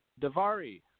Davari